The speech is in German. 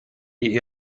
die